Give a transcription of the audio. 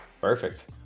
Perfect